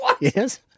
Yes